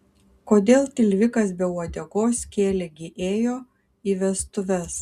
kodėl tilvikas be uodegos kielė gi ėjo į vestuves